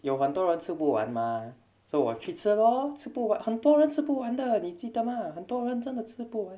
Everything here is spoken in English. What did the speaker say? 有很多人吃不完 mah so 我去吃 lor 吃不完很多人吃不完的你记得吗很多人真的吃不完的